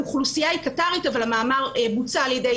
האוכלוסייה היא קטארית אבל המאמר בוצע על ידי